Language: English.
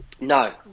No